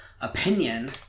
opinion